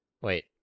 Wait